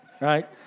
right